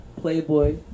Playboy